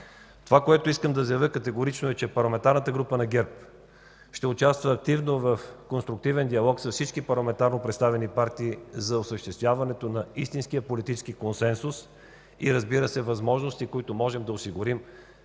Това, което искам да заявя категорично, е, че Парламентарната група на ГЕРБ ще участва активно в конструктивен диалог с всички парламентарно представени партии за осъществяването на истинския политически консенсус и, разбира се, възможности, които можем да осигурим